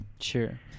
Sure